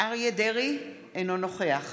אריה מכלוף דרעי, אינו נוכח